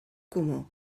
comú